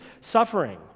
suffering